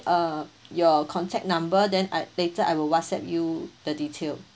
uh your contact number then I later I will whatsapp you the detail